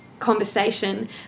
conversation